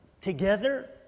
together